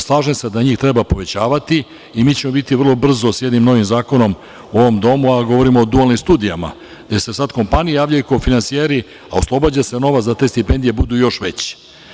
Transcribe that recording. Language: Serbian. Slažem se da njih treba povećavati i mi ćemo biti vrlo brzo sa jednim novim zakonom u ovom Domu, a govorim o dualnim studijama, jer se sada kompanije javljaju kao finansijeri, a oslobađa se novac da te stipendije budu još veće.